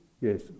Yes